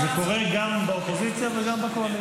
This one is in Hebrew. זה קורה גם באופוזיציה וגם בקואליציה.